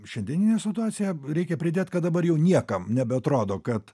šiandieninę situaciją reikia pridėt kad dabar jau niekam nebeatrodo kad